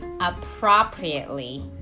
appropriately